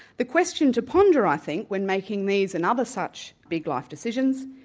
the question to ponder i think when making these and other such big life decisions,